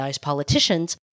politicians